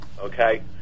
Okay